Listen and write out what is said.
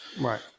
Right